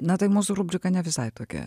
na tai mūsų rubrika ne visai tokia